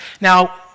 Now